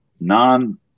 non